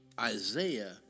Isaiah